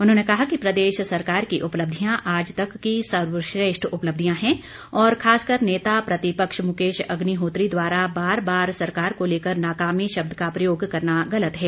उन्होंने कहा कि प्रदेश सरकार की उपलब्धियां आज तक की सर्वश्रेष्ठ उपलब्धियां है और खास कर नेता प्रतिपक्ष मुकेश अग्निहोत्री द्वारा बार बार सरकार को लेकर नाकामी शब्द का प्रयोग करना गलत है